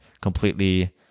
completely